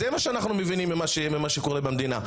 זה מה שאנחנו מבינים ממה שקורה במדינה.